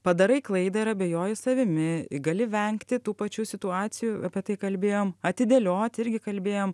padarai klaidą ir abejoji savimi gali vengti tų pačių situacijų apie tai kalbėjom atidėliot irgi kalbėjom